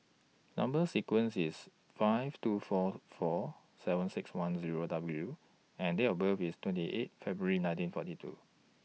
Number sequence IS five two four four seven six one Zero W and Date of birth IS twenty eight February nineteen forty two